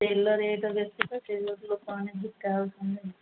ତେଲ ରେଟ୍ ବେଶୀ ତ ସେଇ ଯୋଗୁଁ ଲୋକମାନେ ବିକା